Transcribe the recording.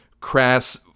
crass